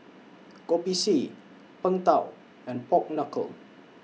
Kopi C Png Tao and Pork Knuckle